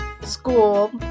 school